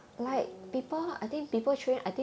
oh